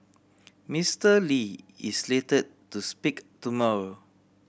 Mister Lee is slated to speak tomorrow